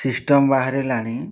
system ବାହାରିଲାଣି